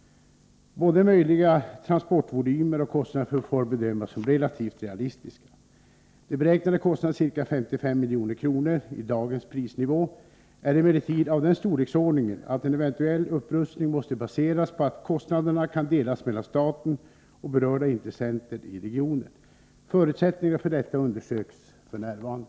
Både möjliga transportvolymer och kostnader får bedömas som relativt realistiska. De beräknade kostnaderna, ca 55 milj.kr. i dagens prisnivå, är emellertid av den storleksordningen att en eventuell upprustning måste baseras på att kostnaderna kan delas mellan staten och berörda intressenter i regionen. Förutsättningarna för detta undersöks f.n.